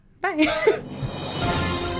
Bye